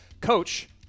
coach